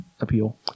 appeal